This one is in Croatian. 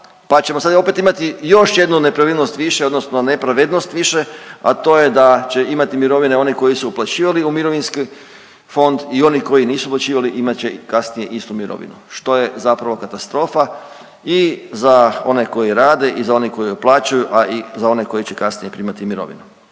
pa ćemo sad opet imati još jednu nepravilnost više odnosno nepravednost više, a to je da će imati mirovine oni koji su uplaćivali u mirovinski fond i oni koji nisu uplaćivali imat će kasnije istu mirovinu, što je zapravo katastrofa i za one koji rade i za one koji uplaćuju, a i za one koji će kasnije primati mirovinu.